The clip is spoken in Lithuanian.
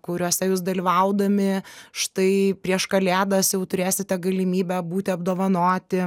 kuriose jūs dalyvaudami štai prieš kalėdas jau turėsite galimybę būti apdovanoti